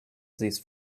this